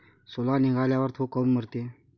सोला निघाल्यावर थो काऊन मरते?